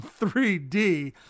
3D